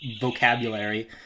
vocabulary